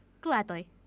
Gladly